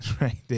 right